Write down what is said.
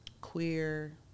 queer